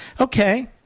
Okay